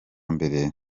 mbere